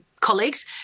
colleagues